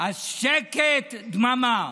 אז שקט, דממה.